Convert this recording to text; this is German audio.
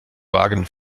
wagen